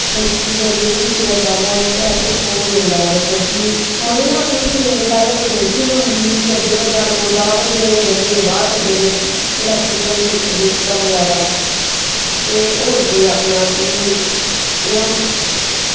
निक्की जगह कुदै जाना होए ते असें ओह् होई जंदा मतलब कि मजे नै ऑटो थ्होई जंदे पैह्लें थोह्ड़ी मुश्कल होंदा ही केह् अड्डे पर जाना पौंदा हा हून ते गलिएं दे बाह्र लग्गे दे इलैक्टरीकल रिक्शा बगैरा ते होर केह् आखना कि इ'यां